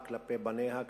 כלפי בניה,